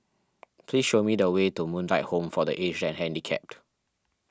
please show me the way to Moonlight Home for the Aged and Handicapped